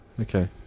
Okay